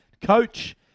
coach